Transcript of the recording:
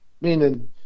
meaning